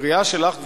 הקריאה שלך,